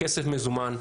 כסף מזומן,